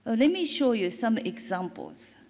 ah let me show you some examples,